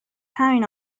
همین